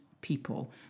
people